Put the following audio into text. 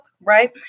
Right